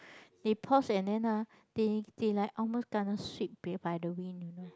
they pause and then ah they they like almost kena sweep bay by the wind you know